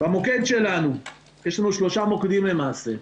יש לנו שלושה מוקדים, למעשה.